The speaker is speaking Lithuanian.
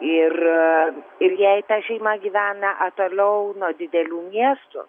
ir ir jei ta šeima gyvena toliau nuo didelių miestų